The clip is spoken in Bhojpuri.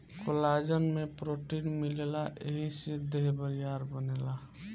कोलाजन में प्रोटीन मिलेला एही से देह बरियार बनेला